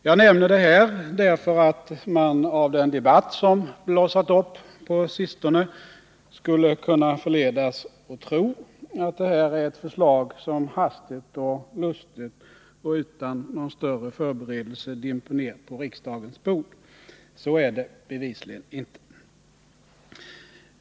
Jag nämner detta därför att man av den debatt som blossat upp på sistone skulle kunna förledas att tro att det här är ett förslag som hastigt och lustigt och utan någon större förberedelse dimper ner på riksdagens bord. Så är det bevisligen inte.